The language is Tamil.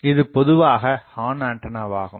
இது பொதுவாக ஹார்ன் ஆண்டனாவாகும்